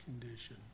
condition